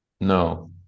no